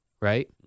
right